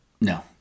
No